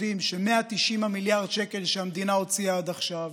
יודעים ש-190 מיליארד שקל שהמדינה הוציאה עד עכשיו,